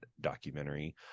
documentary